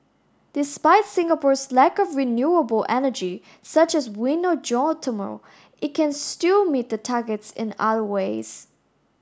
despite Singapore's lack of renewable energy such as wind or geothermal it can still meet the targets in other ways